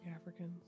Africans